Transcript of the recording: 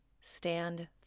stand